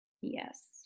Yes